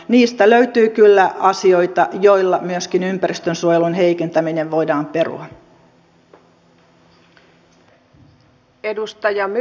niistä löytyy kyllä asioita joilla myöskin ympäristönsuojelun heikentäminen voidaan perua